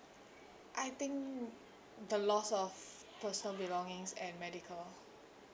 I think the loss of personal belongings and medical